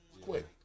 Quick